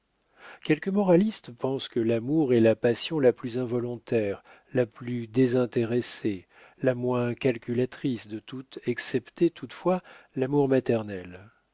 quelques moralistes pensent que l'amour est la passion la plus involontaire la plus désintéressée la moins calculatrice de toutes excepté toutefois l'amour maternel